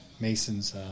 Mason's